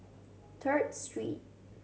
Third Street